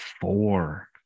four